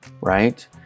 right